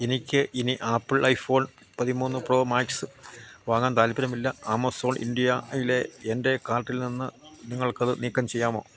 എനിക്ക് ഇനി Apple iPhone പതിമൂന്ന് പ്രോമാക്സ് വാങ്ങാൻ താൽപ്പര്യമില്ല ആമസോൺ ഇന്ത്യയിലെ എൻ്റെ കാർട്ടിൽ നിന്ന് നിങ്ങൾക്കതു നീക്കം ചെയ്യാമോ